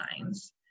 lines